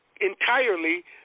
entirely